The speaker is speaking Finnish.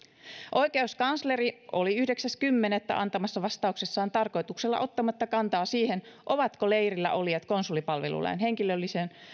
oikeuskansleri oli yhdeksäs kymmenettä antamassaan vastauksessa tarkoituksella ottamatta kantaa siihen ovatko leirillä olijat konsulipalvelulain henkilölliseen